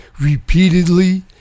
repeatedly